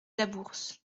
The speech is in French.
labourse